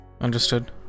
Understood